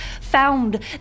found